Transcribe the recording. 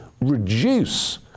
reduce